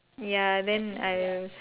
ya then I